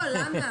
לא, למה?